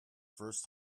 first